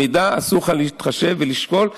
אסור לך להתחשב ולשקול.